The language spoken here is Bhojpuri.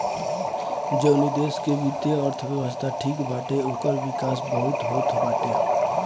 जवनी देस के वित्तीय अर्थव्यवस्था ठीक बाटे ओकर विकास बहुते होत बाटे